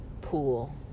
pool